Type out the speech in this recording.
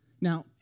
Now